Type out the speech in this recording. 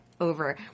over